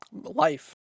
life